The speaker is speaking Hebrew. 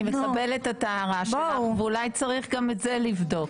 אני מקבלת את ההערה שלך ואולי צריך גם את זה לבדוק.